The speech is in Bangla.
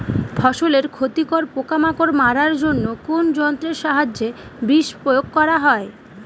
ফসলের ক্ষতিকর পোকামাকড় মারার জন্য কোন যন্ত্রের সাহায্যে বিষ প্রয়োগ করা হয়?